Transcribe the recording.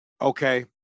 okay